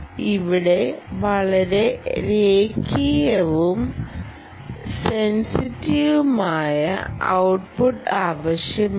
ഇവിടെ വളരെ രേഖീയവും സെൻസിറ്റീവുമായ ഔട്ട്പുട്ട് ആവശ്യമാണ്